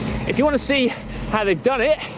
if you want to see how they've done it,